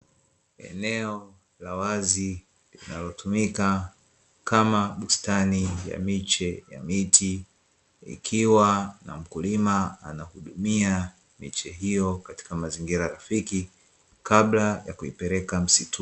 Eneo la wazi linalotumika kama bustani ya miche ya miti, likiwa na mkulima anahudumia miche hiyo katika mazingira rafiki kabla ya kuipeleka msituni.